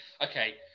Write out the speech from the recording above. okay